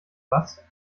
was